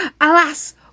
Alas